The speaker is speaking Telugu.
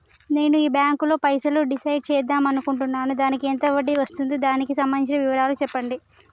నేను ఈ బ్యాంకులో పైసలు డిసైడ్ చేద్దాం అనుకుంటున్నాను దానికి ఎంత వడ్డీ వస్తుంది దానికి సంబంధించిన వివరాలు చెప్పండి?